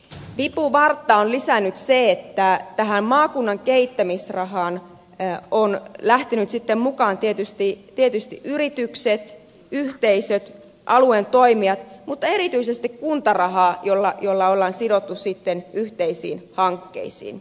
vipuvartta on lisännyt se että tähän maakunnan kehittämisrahaan on lähtenyt mukaan tietysti yrityksiä yhteisöjä alueen toimijoita mutta erityisesti kuntarahaa jolla on sidottu sitten yhteisiin hankkeisiin